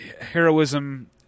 heroism